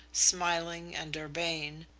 smiling and urbane,